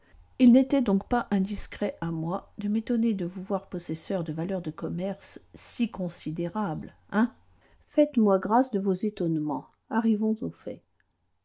il n'était donc pas indiscret à moi de m'étonner de vous voir possesseur de valeurs de commerce si considérables hein faites-moi grâce de vos étonnements arrivons au fait